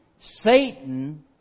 Satan